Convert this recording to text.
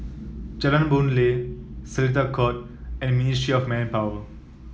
Jalan Boon Lay Seletar Court and Ministry of Manpower